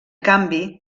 canvi